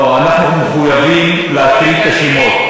לא, אנחנו מחויבים להקריא את השמות.